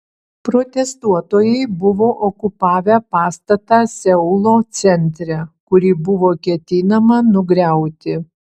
protestuotojai buvo okupavę pastatą seulo centre kurį buvo ketinama nugriauti